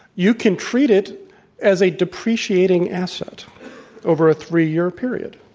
you can treat it as a depreciating asset over a three-year period.